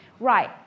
Right